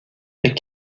est